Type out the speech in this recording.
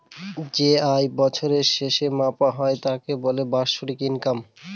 যে আয় বছরের শেষে মাপা হয় তাকে বলে বাৎসরিক ইনকাম